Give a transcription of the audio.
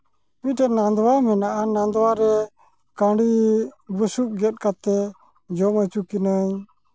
ᱢᱤᱫᱴᱮᱱ ᱱᱟᱫᱣᱟ ᱢᱮᱱᱟᱜᱼᱟ ᱱᱟᱫᱣᱟ ᱨᱮ ᱠᱟᱺᱰᱤ ᱵᱩᱥᱩᱯ ᱜᱮᱫ ᱠᱟᱛᱮᱫ ᱡᱚᱢ ᱚᱪᱚ ᱠᱤᱱᱟᱹᱧ